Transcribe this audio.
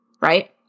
right